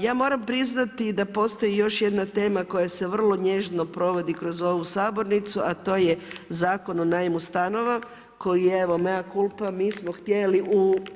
Ja moram priznati da postoji još jedna tema koja se vrlo nježno provodi kroz ovu Sabornicu a to je Zakon o najmu stanova koji je evo „mea culpa“ mi smo htjeli